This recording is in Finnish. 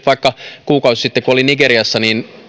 vaikka nyt kuukausi sitten kun olin nigeriassa